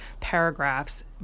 paragraphs